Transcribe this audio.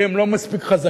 כי הם לא מספיק חזקים,